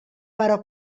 però